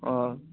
ও